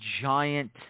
giant